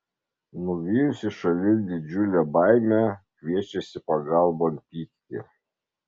nuvijusi šalin didžiulę baimę kviečiasi pagalbon pyktį